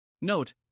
Note